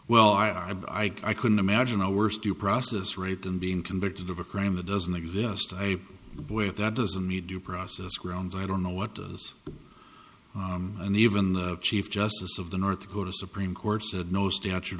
well i i but i couldn't imagine a worse due process rate than being convicted of a crime that doesn't exist i way that doesn't need due process grounds i don't know what does and even the chief justice of the north dakota supreme court said no statute